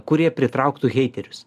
kurie pritrauktų heiterius